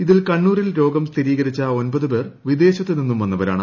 ഇതിൽ കണ്ണൂരിൽ രോഗം സ്ഥിരീകരിച്ച ഒമ്പത് പേർ വിദേശത്ത് നിന്ന് വന്നവരാണ്